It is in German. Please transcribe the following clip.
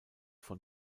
von